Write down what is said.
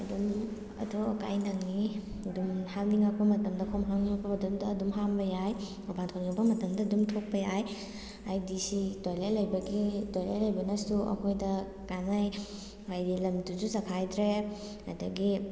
ꯑꯗꯨꯝ ꯑꯊꯨ ꯑꯀꯥꯏ ꯅꯪꯉꯤ ꯑꯗꯨꯝ ꯍꯥꯝꯅꯤꯡꯉꯛꯄ ꯃꯇꯝꯗ ꯈꯣꯡ ꯍꯥꯝꯅꯤꯡꯉꯛꯄ ꯃꯇꯝꯗ ꯑꯗꯨꯝ ꯍꯥꯝꯕ ꯌꯥꯏ ꯃꯄꯥꯟ ꯊꯣꯛꯅꯤꯡꯂꯛꯄ ꯃꯇꯝꯗ ꯑꯗꯨꯝ ꯊꯣꯛꯄ ꯌꯥꯏ ꯍꯥꯏꯕꯗꯤ ꯁꯤ ꯇꯣꯏꯂꯦꯠ ꯂꯩꯕꯒꯤ ꯇꯣꯏꯂꯦꯠ ꯂꯩꯕꯅꯁꯨ ꯑꯩꯈꯣꯏꯗ ꯀꯥꯟꯅꯩ ꯍꯥꯏꯗꯤ ꯂꯝ ꯇꯨꯁꯨ ꯆꯥꯏꯈꯥꯏꯗ꯭꯭ꯔꯦ ꯑꯗꯒꯤ